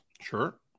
Sure